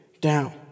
down